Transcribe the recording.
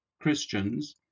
Christians